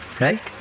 Right